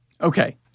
Okay